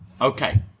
okay